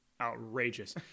outrageous